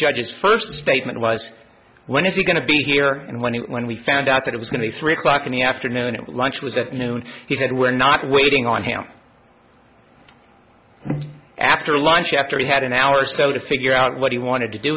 judges first statement was when is he going to be here and when when we found out that it was going to be three o'clock in the afternoon it was lunch was at noon he said we're not waiting on him after lunch after he had an hour or so to figure out what he wanted to do